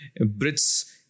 Brits